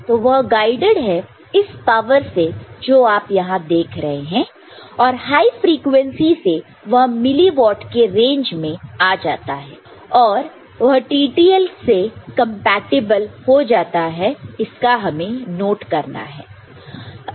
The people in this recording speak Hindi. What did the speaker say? तो वह गाइडेड है इस पावर से जो आप यहां देख रहे हैं और हाई फ्रीक्वेंसी से वह मिली व्हाट के रेंज में आ जाता है और वह TTL से कंपैटिबल हो जाता है इसका हमें नोट करना है